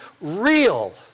real